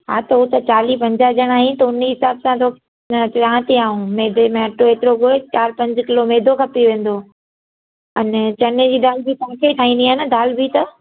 हा त हो त चालीह पंजाह ॼणा आहिनि त उन हिसाबु सां तो मैदे में अटो हेतिरो ॻोहे चार पंज किलो मैदो खपी वेंदो आने चने जी दाल बि तव्हांखे ठाहिणी आहे न दाल बि त